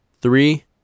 Three